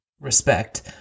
respect